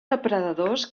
depredadors